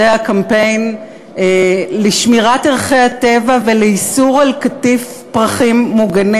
זה הקמפיין לשמירת ערכי הטבע ולאיסור קטיף פרחים מוגנים.